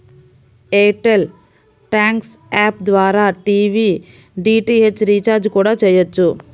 air tell thanks app ద్వారా TV DTH recharge కూడా చెయ్యొచ్చు